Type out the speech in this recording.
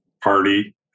party